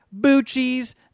Bucci's